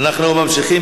אנחנו ממשיכים